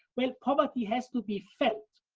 well, poverty has to be felt.